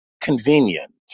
convenient